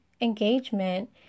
engagement